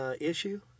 issue